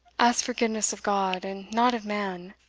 ask forgiveness of god, and not of man,